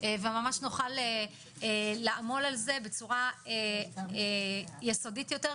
וממש נוכל לעמול על זה בצורה יסודית יותר,